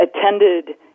attended